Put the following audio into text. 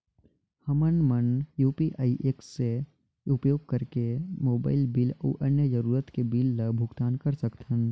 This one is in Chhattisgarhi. हमन मन यू.पी.आई ऐप्स के उपयोग करिके मोबाइल बिल अऊ अन्य जरूरत के बिल ल भुगतान कर सकथन